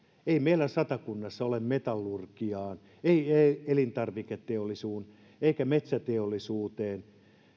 ei meillä satakunnassa valmistu metallurgiaan ei ei elintarviketeollisuuteen eikä metsäteollisuuteen